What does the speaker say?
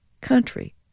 country